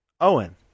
Owen